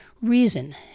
reason